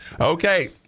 Okay